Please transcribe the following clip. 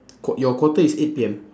qua~ your quarter is eight P_M